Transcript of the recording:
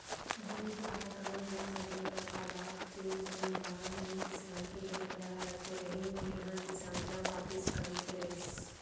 भूमि सुधार कानून म सबले बड़का बात जेन जमींदार मन किसान के जमीन ल हड़प ले रहिन तेन ह किसान ल वापिस करे के रहिस